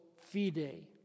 fide